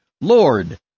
Lord